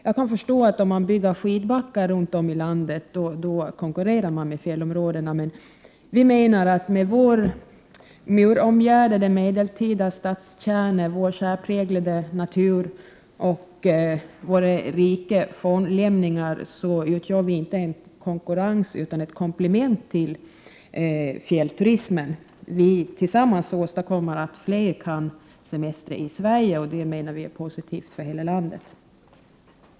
Jag kan förstå att om man bygger skidbackar runt om i landet så konkurrerar man med fjällområdena. Vi menar att med vår muromgärdade medeltida stadskärna, vår särpräglade natur och våra rika fornlämningar utgör vi inte en konkurrens utan ett komplement till fjällturismen. Tillsammans åstadkommer vi att fler kan semestra i Sverige, och det anser vi vara positivt för hela landet.